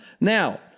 Now